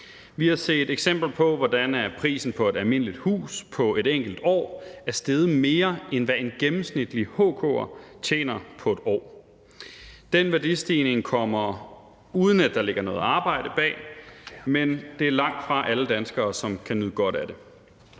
Vi har set eksempler på, hvordan prisen på et almindeligt hus på et enkelt år er steget mere, end hvad en gennemsnitlig HK'er tjener på et år. Den værdistigning kommer, uden at der ligger noget arbejde bag, men det er langtfra alle danskere, som kan nyde godt af det.